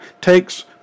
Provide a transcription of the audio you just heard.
takes